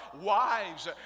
wives